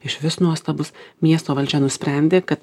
išvis nuostabus miesto valdžia nusprendė kad